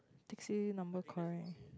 taxi number correct